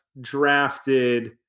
drafted